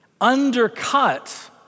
undercut